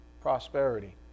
prosperity